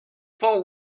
full